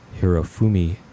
Hirofumi